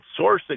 sourcing